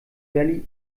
valley